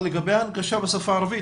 לגבי ההנגשה בשפה הערבית,